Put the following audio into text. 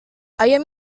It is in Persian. آیا